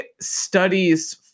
studies